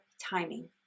timing